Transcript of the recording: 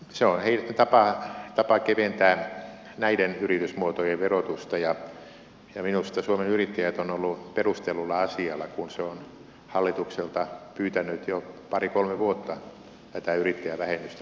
se on tapa keventää näiden yritysmuotojen verotusta ja minusta suomen yrittäjät on ollut perustellulla asialla kun se on hallitukselta pyytänyt jo pari kolme vuotta tätä yrittäjävähennystä koskevaa esitystä